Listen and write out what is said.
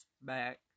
back